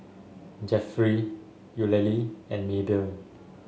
Jeffery Eulalie and Maebell